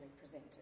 presented